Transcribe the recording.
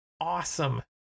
awesome